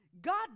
God